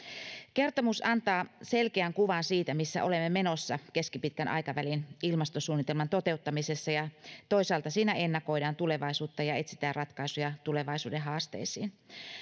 kertomus antaa selkeän kuvan siitä missä olemme menossa keskipitkän aikavälin ilmastosuunnitelman toteuttamisessa ja toisaalta siinä ennakoidaan tulevaisuutta ja etsitään ratkaisuja tulevaisuuden haasteisiin